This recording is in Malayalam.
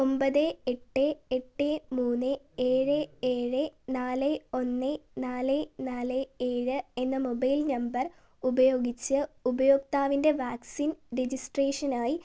ഒൻപത് എട്ട് എട്ട് മൂന്ന് ഏഴ് ഏഴ് നാല് ഒന്ന് നാല് നാല് ഏഴ് എന്ന മൊബൈൽ നമ്പർ ഉപയോഗിച്ച് ഉപഭോക്താവിൻ്റെ വാക്സിൻ രെജിസ്ട്രേഷനായി